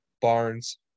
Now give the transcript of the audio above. Barnes